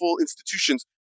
institutions